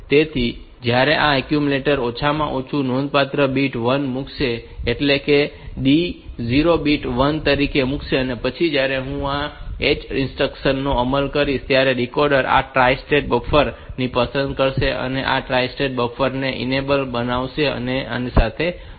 તેથી જ્યારે આ એક્યુમ્યુલેટર ઓછામાં ઓછું નોંધપાત્ર બીટ 1 તરીકે મુકશે એટલે કે D0 બીટ 1 તરીકે મૂકશે અને પછી જ્યારે હું આ 0 H ઇન્સ્ટ્રક્શન નો અમલ કરીશ ત્યારે આ ડીકોડર આ ટ્રાઇ સ્ટેટ બફર ને પસંદ કરશે અને આ ટ્રાઇ સ્ટેટ બફર ઇનેબલ બનશે અને તે આ સાથે જોડાશે